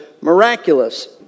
miraculous